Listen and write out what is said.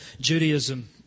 Judaism